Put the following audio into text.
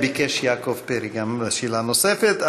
יעקב פרי גם ביקש שאלה נוספת.